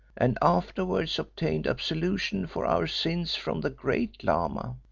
and afterwards obtained absolution for our sins from the great lama.